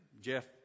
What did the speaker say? Jeff